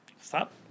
Stop